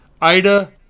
ida